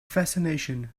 fascination